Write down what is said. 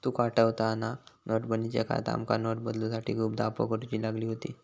तुका आठवता हा ना, नोटबंदीच्या काळात आमका नोट बदलूसाठी खूप धावपळ करुची लागली होती